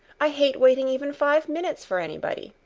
i hate waiting even five minutes for anybody.